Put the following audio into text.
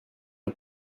est